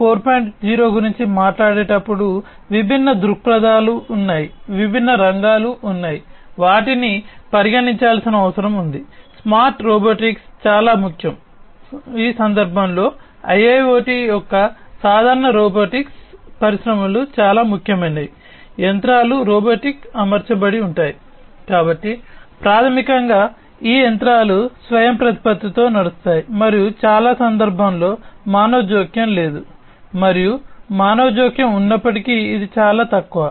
0 గురించి మాట్లాడేటప్పుడు విభిన్న దృక్పథాలు ఉన్నప్పటికీ ఇది చాలా తక్కువ